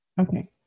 okay